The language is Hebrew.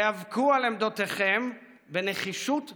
היאבקו על עמדותיכם בנחישות ובלהט.